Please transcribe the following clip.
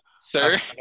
sir